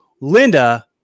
Linda